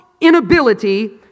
inability